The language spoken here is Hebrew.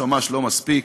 ממש ממש לא מספיק.